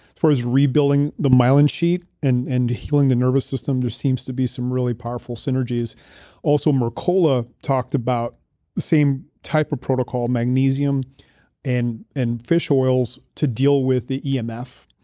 for us rebuilding the myelin sheath and and healing the nervous system, there seems to be some really powerful synergies also, mercola talked about the same type of protocol, magnesium and and fish oils to deal with the yeah emf.